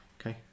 Okay